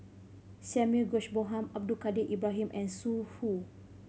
Samuel George Bonham Abdul Kadir Ibrahim and Zhu Hu